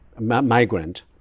migrant